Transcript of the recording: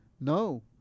No